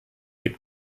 gibt